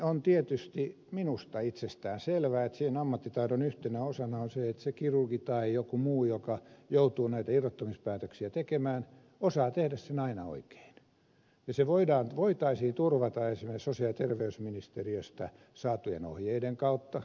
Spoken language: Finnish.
on tietysti minusta itsestäänselvää että siinä ammattitaidon yhtenä osana on se että se kirurgi tai joku muu joka joutuu näitä irrottamispäätöksiä tekemään osaa tehdä sen aina oikein ja se voitaisiin turvata esimerkiksi sosiaali ja terveysministeriöstä saatujen ohjeiden kautta